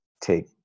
take